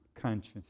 conscious